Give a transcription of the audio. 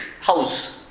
house